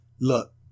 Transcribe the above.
look